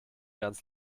ganz